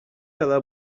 cada